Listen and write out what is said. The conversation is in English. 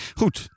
goed